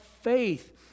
faith